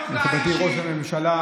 קריאה ראשונה.